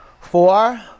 four